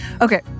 Okay